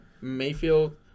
Mayfield